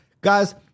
guys